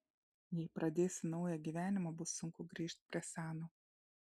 jei pradėsiu naują gyvenimą bus sunku grįžt prie seno